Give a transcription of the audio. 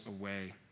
away